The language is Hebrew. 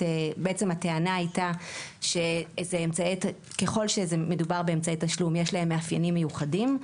הטענה הייתה שככל שמדובר באמצעי תשלום יש להם מאפיינים מיוחדים: